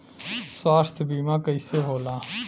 स्वास्थ्य बीमा कईसे होला?